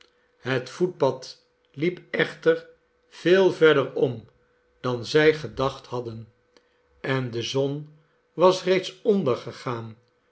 het voetpad liep echter veel verder om dan zij gedacht hadden en de zon was reeds